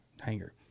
hangar